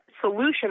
solution